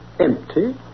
Empty